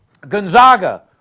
Gonzaga